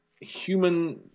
human